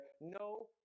no